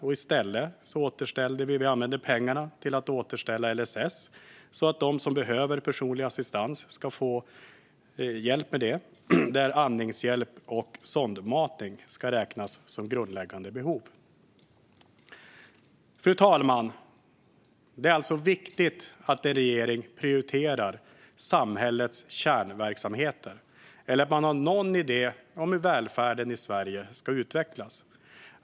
I stället använde vi pengarna till att återställa LSS, så att de som behöver personlig assistans ska få det. Andningshjälp och sondmatning ska räknas som grundläggande behov. Fru talman! Det är alltså viktigt att en regering prioriterar samhällets kärnverksamheter eller att man har någon idé om hur välfärden i Sverige ska utvecklas.